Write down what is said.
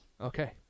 okay